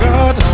God